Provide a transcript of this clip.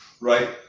right